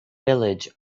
village